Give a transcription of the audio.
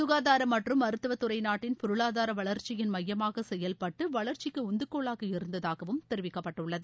சுகாதார மற்றும் மருத்துவத்துறை நாட்டின் பொருளாதார வளர்ச்சியின் மையமாக செயல்பட்டு வளர்ச்சிக்கு உந்துகோலாக இருந்ததாகவும் தெரிவிக்கப்பட்டுள்ளது